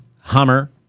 Hummer